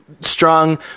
Strong